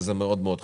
וזה מאוד מאוד חשוב: